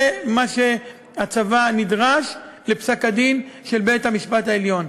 זה מה שהצבא נדרש בעקבות פסק-הדין של בית-המשפט העליון.